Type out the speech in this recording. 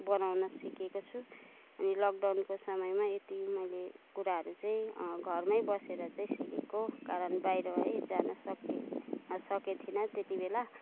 बनाउन सिकेको छु अनि लकडाउनको समयमा यति मैले कुराहरू चाहिँ घरमै बसेर चाहिँ सिकेको कारण बाहिर जान नै सकेको थिएन त्यति बेला